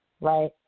right